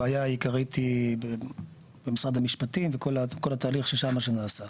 הבעיה העיקרית היא במשרד המשפטים וכל התהליך שם שנעשה.